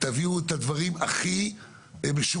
תביאו את הדברים הכי משוגעים.